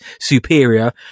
superior